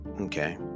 okay